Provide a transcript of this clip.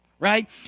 right